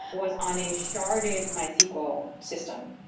was on a sharded mysql system.